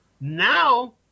Now